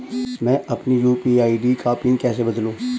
मैं अपनी UPI ID का पिन कैसे बदलूं?